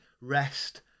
rest